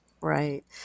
Right